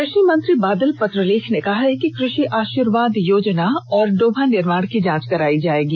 कृषि मंत्री बादल पत्रलेख ने कहा है कि कृषि आषीर्वाद योजना और डोभा निर्माण की जांच करायी जायेगी